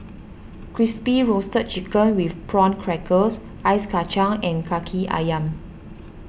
Crispy Roasted Chicken with Prawn Crackers Ice Kachang and Kaki Ayam